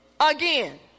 again